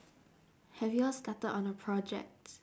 have you all started on the project